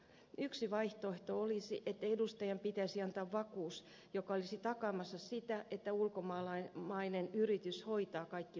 yksi vaihtoehto olisi että edustajan pitäisi antaa vakuus joka olisi takaamassa sitä että ulkomainen yritys hoitaa kaikki velvoitteensa